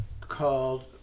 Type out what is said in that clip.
called